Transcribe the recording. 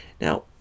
Now